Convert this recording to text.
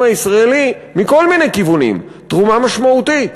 הישראלי מכל מיני כיוונים תרומה משמעותית?